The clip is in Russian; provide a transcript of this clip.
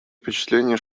впечатление